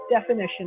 definition